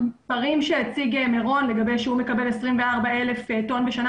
אבל המספרים שהציג מירון לגבי זה שהוא מקבל 24,000 טון בשנה,